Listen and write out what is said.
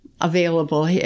available